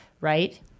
Right